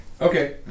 Okay